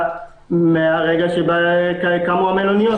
מהרגע שבו קמו המלוניות.